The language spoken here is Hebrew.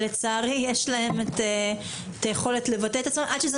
לחברי הכנסת יש את היכולת לבטא את עצמם עד שזה